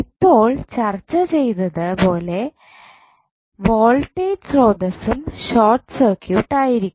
ഇപ്പോൾ ചർച്ച ചെയ്തത് പോലെ വോൾട്ടേജ് സ്രോതസ്സ് ഷോർട്ട് സർക്യൂട്ട് ആയിരിക്കും